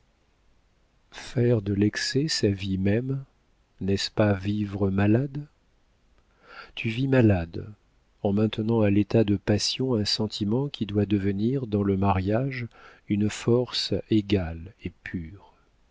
de l'excès sa vie même n'est-ce pas vivre malade tu vis malade en maintenant à l'état de passion un sentiment qui doit devenir dans le mariage une force égale et pure